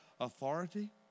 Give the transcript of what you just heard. authority